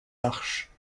arches